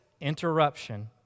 interruption